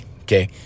Okay